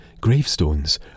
gravestones